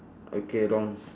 okay wrong